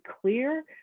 clear